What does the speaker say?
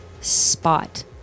spot